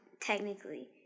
technically